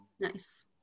Nice